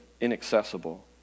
inaccessible